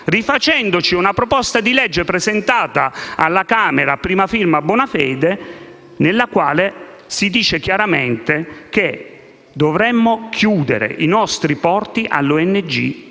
rifacendoci a una proposta di legge presentata alla Camera, a prima firma Bonafede, nella quale si dice chiaramente che dovremmo chiudere i nostri porti alle ONG